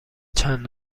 چند